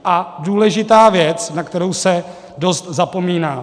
A důležitá věc, na kterou se dost zapomíná.